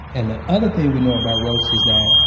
and the other thing we know about rauch is that,